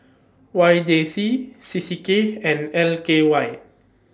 Y J C C C K and L K Y